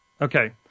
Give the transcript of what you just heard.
Okay